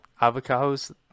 avocados